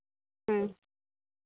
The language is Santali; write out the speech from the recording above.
ᱦᱩᱸ